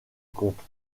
comte